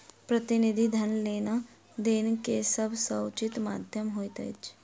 प्रतिनिधि धन लेन देन के सभ सॅ उचित माध्यम होइत अछि